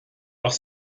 auch